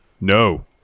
No